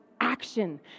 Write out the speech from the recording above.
action